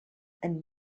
and